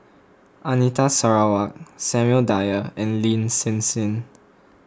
Anita Sarawak Samuel Dyer and Lin Hsin Hsin